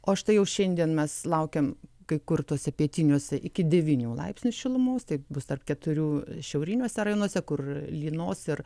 o štai jau šiandien mes laukiam kai kur tuose pietiniuose iki devynių laipsnių šilumos taip bus tarp keturių šiauriniuose rajonuose kur lynos ir